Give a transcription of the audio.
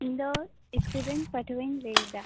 ᱤᱧ ᱫᱚ ᱤᱥᱠᱩᱞ ᱨᱮᱱ ᱯᱟᱹᱴᱷᱣᱟᱹᱧ ᱞᱟᱹᱭ ᱮᱫᱟ